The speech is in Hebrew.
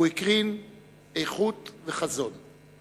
הוא הקרין איכות וחזון,